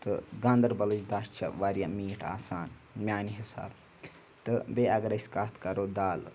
تہٕ گاندَربَلٕچ دَچھ چھےٚ واریاہ میٖٹھ آسان میٛانہِ حِساب تہٕ بیٚیہِ اگر أسۍ کَتھ کَرو دالہٕ